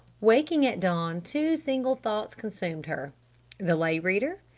waking at dawn two single thoughts consumed her the lay reader,